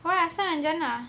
!wah! so jangan lah